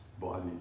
body